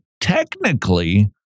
technically